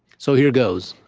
so here goes.